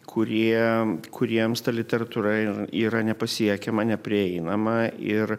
kurie kuriems ta literatūra ir yra nepasiekiama neprieinama ir